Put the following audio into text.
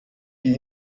die